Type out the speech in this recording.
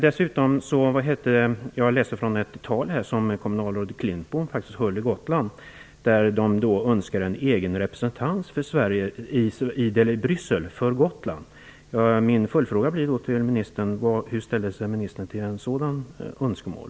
Jag har läst ur ett tal som kommunalrådet Klintbom höll i Gotland. Man önskar en egen representant för Gotland i Bryssel. Min följdfråga blir: Hur ställer sig ministern till ett sådant önskemål?